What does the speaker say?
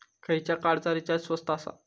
खयच्या कार्डचा रिचार्ज स्वस्त आसा?